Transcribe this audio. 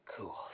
Cool